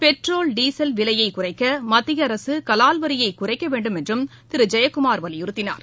petrol diesel விலையை குறைக்க மத்திய அரசு கலால் வரியை குறைக்க வேண்டும் என்றும் திரு ஜெயக்குமார் வலியுறுத்தினார்